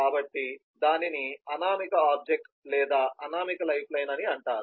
కాబట్టి దీనిని అనామక ఆబ్జెక్ట్ లేదా అనామక లైఫ్ లైన్ అంటారు